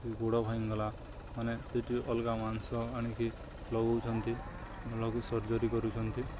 ଗୋଡ଼ ଭାଙ୍ଗି ଗଲା ମାନେ ସେଠି ଅଲଗା ମାଂସ ଆଣିକି ଲଗଉଛନ୍ତି ଲଘୁ ସର୍ଜରୀ କରୁଛନ୍ତି